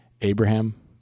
Abraham